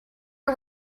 are